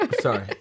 Sorry